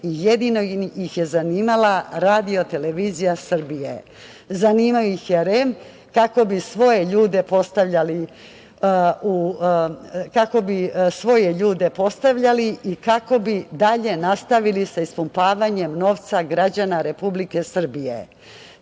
jedino ih je zanimala RTS. Zanimao ih je REM kako bi svoje ljude postavljali i kako bi dalje nastavili sa ispumpavanjem novca građana Republike Srbije. Tome